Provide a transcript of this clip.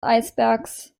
eisbergs